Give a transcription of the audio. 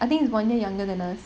I think he's one year younger than us